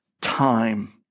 time